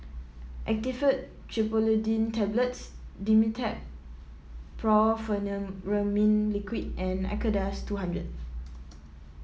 Actifed Triprolidine Tablets Dimetapp Brompheniramine Liquid and Acardust two hundred